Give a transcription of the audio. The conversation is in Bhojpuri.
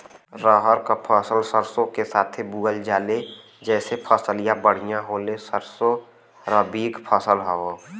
रहर क फसल सरसो के साथे बुवल जाले जैसे फसलिया बढ़िया होले सरसो रबीक फसल हवौ